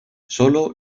solo